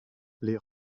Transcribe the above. les